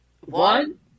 One